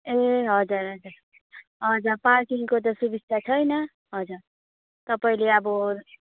ए हजुर हजुर हजुर पार्किङको त सुबिस्ता छैन हजुर तपाईँले अब